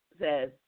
says